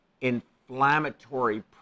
inflammatory